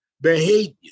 behavior